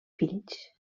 fills